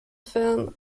film